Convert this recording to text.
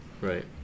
Right